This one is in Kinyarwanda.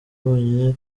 wonyine